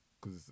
cause